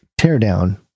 teardown